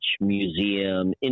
museum